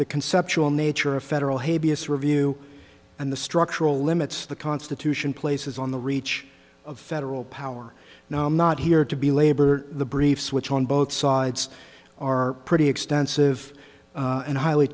the conceptual nature of federal habeas review and the structural limits the constitution places on the reach of federal power now i'm not here to be labor the briefs which on both sides are pretty extensive and highly